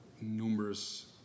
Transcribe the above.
numerous